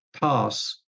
pass